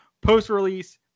post-release